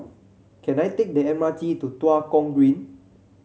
can I take the M R T to Tua Kong Green